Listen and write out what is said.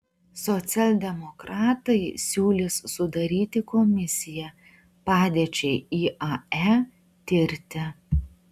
socialdemokratai siūlys sudaryti komisiją padėčiai iae tirti